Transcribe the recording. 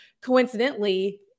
coincidentally